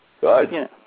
Good